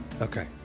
Okay